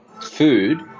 food